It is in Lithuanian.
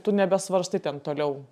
tu nebesvarstai ten toliau